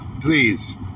Please